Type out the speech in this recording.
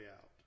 out